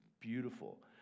beautiful